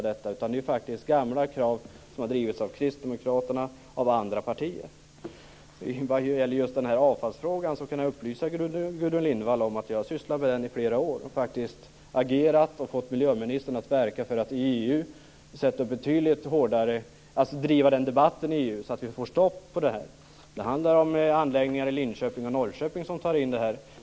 Det är gamla krav som har drivits av Det gäller t.ex. den här avfallsfrågan. Jag kan upplysa Gudrun Lindvall om att jag har sysslat med den i flera år. Jag har faktiskt agerat och fått miljöministern att driva den här debatten i EU så att vi får stopp på det här. Det handlar om anläggningar i Linköping och Norrköping som tar in det här.